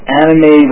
anime